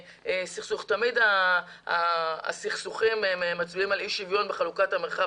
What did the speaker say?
תמיד הסכסוכים מצביעים על אי שוויון בחלוקת המרחב